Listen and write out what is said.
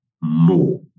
more